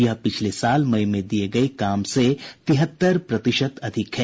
यह पिछले साल मई में दिए गए काम से तिहत्तर प्रतिशत अधिक है